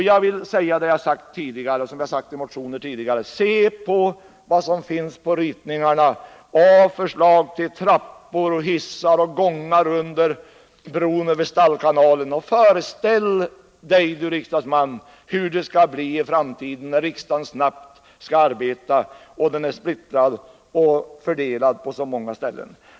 Jag vill därför säga som jag sagt tidigare i motioner: Se på ritningarnas förslag till trappor, hissar och gångar under bron under Stallkanalen och föreställ dig, du riksdagsman, hur det kommer att bli i framtiden, när riksdagen skall arbeta snabbt men är splittrad och fördelad på så många ställen!